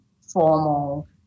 formal